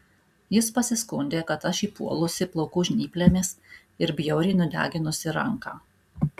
jis pasiskundė kad aš jį puolusi plaukų žnyplėmis ir bjauriai nudeginusi ranką